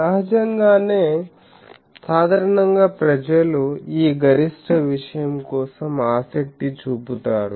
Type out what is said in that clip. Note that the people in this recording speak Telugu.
సహజంగానే సాధారణంగా ప్రజలు ఈ గరిష్ట విషయం కోసం ఆసక్తి చూపుతారు